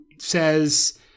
says